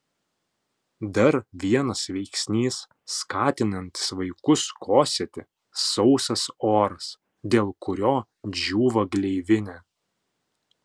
dar vienas veiksnys skatinantis vaikus kosėti sausas oras dėl kurio džiūva gleivinė